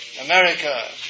America